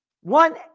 One